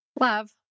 Love